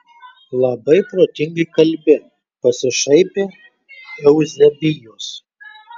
labai protingai kalbi pasišaipė euzebijus